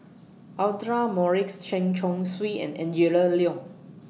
Audra Morrice Chen Chong Swee and Angela Liong